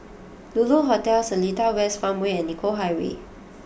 Lulu Hotel Seletar West Farmway and Nicoll Highway